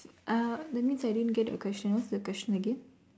uh that means I didn't get the question what's the question again